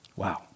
Wow